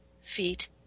feet